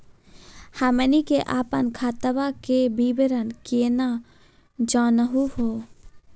हमनी के अपन खतवा के विवरण केना जानहु हो?